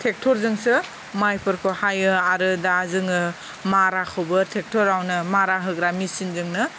ट्रेक्टरजोंसो माइफोरखौ हायो आरो दा जोङो माराखौबो ट्रेक्टरआवनो मारा होग्रा मेचिनजोंनो